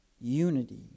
unity